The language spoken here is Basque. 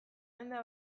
denda